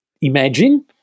imagine